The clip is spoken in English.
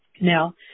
Now